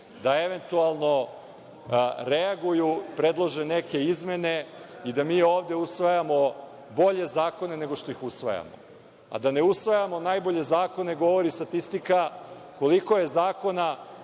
da eventualno reaguju, predlože neke izmene i da mi ovde usvajamo bolje zakone nego što ih usvajamo. Da ne usvajamo najbolje zakone govori statistika koliko je zakona